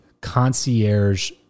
concierge